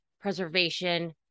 preservation